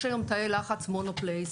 יש היום תאי לחץ מונופלייס.